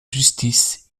justice